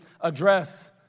address